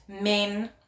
men